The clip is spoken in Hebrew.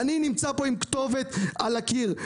הכתובת תלויה על הקיר.